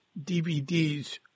DVDs